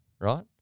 right